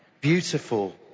beautiful